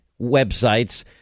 websites